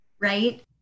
right